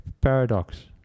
paradox